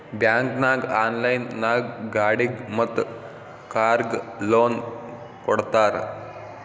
bank ನಾಗ್ online ನಾಗ್ ಗಾಡಿಗ್ ಮತ್ ಕಾರ್ಗ್ ಲೋನ್ ಕೊಡ್ತಾರ್